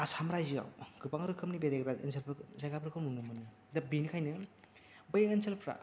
आसाम रायजोआव गोबां रोखोमनि बेरायग्रा ओनसोलफोर जायगाफोरखौ नुनो मोनो दा बेनिखायनो बै ओनसोलफ्रा